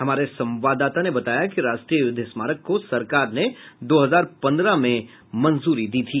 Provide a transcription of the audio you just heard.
हमारे संवाददाता ने बताया कि राष्ट्रीय युद्ध स्मारक को सरकार ने दो हजार पंद्रह में मंजूरी दी थी